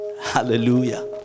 Hallelujah